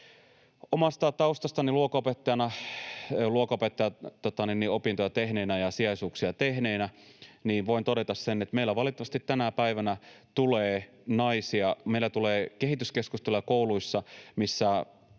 Omasta taustastani luokanopettajana, luokanopettajaopintoja tehneenä ja sijaisuuksia tehneenä, voin todeta sen, että meillä valitettavasti tänä päivänä tulee naisia, meillä tulee kehityskeskusteluja kouluissa —